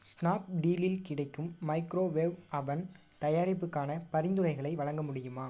ஸ்னாப்டீலில் கிடைக்கும் microwave oven தயாரிப்புக்கானப் பரிந்துரைகளை வழங்க முடியுமா